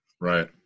Right